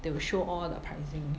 they will show all the pricing